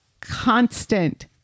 constant